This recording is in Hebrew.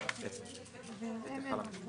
את ההעברות השיתופיות בין המשרדים.